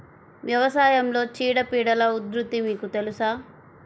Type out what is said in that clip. వ్యవసాయంలో చీడపీడల ఉధృతి మీకు తెలుసా?